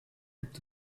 gibt